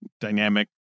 dynamic